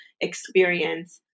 experience